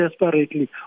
desperately